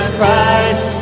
Christ